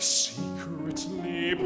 secretly